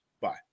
Bye